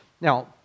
Now